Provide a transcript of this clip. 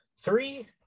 three